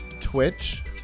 Twitch